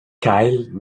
kyle